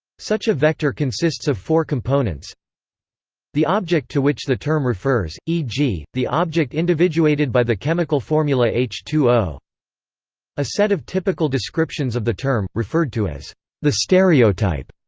such a vector consists of four components the object to which the term refers, e g, the object individuated by the chemical formula h two o a set of typical descriptions of the term, referred to as the stereotype,